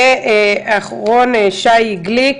ואחרון שי גליק,